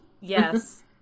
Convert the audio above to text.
yes